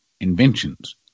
inventions